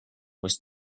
was